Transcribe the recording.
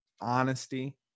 honesty